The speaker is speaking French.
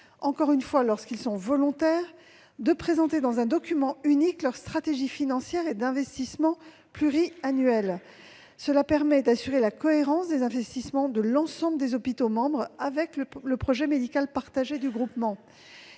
groupement, lorsqu'ils sont volontaires, de présenter dans un document unique leur stratégie financière et d'investissement pluriannuelle. Cela permettra d'assurer la cohérence des investissements de l'ensemble des hôpitaux membres avec le projet médical partagé du groupement.